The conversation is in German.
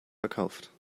verkauft